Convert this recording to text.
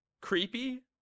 creepy